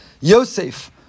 Yosef